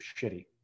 shitty